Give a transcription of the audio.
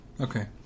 Okay